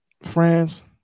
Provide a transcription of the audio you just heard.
France